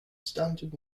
standard